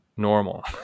normal